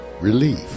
relief